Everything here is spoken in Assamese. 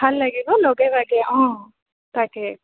ভাল লাগিব লগে ভাগে অঁ তাকে